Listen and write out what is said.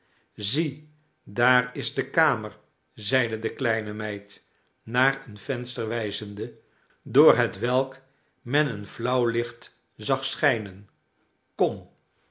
zie daar is de kamer zeide de kleine meid naar een venster wijzende door hetwelk men een flauw licht zag schijnen kom